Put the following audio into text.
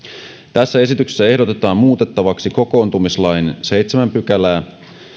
tässä esityksessä ehdotetaan muutettavaksi kokoontumislain seitsemättä pykälää